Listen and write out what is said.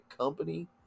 company